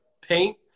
paint